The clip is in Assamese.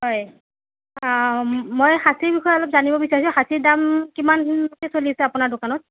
হয় মই খাচীৰ বিষয়ে অলপ জানিব বিচাৰিছোঁ খাচী দাম কিমানকৈ চলি আছে আপোনাৰ দোকানত